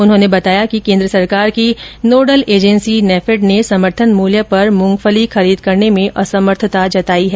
उन्होंने बताया कि केन्द्र सरकार की नोडल एजेन्सी नेफैड ने समर्थन मूल्य पर मूंगफली खरीद करने में असमर्थता जताई है